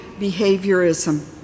behaviorism